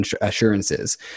assurances